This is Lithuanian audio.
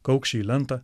kaukši į lentą